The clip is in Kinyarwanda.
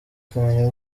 kumenya